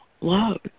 love